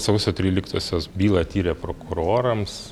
sausio tryliktosios bylą tyrę prokurorams